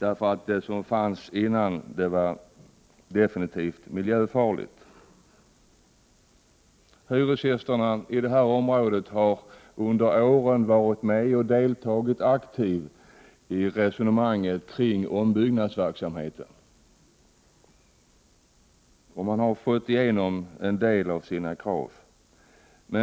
Hyresgästerna i detta område har under åren deltagit aktivt i resonemanget kring ombyggnadsverksamheten, och de har fått igenom en del av sina krav.